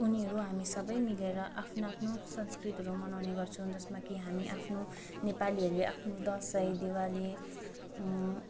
उनीहरू हामी सबै मिलेर आफ्नो आफ्नो संस्कृतिहरू मनाउने गर्छौ जसमा कि हामी आफ्नो नेपालीहरूले आफ्नो दसैँ दीपावली